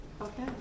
Okay